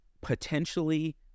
potentially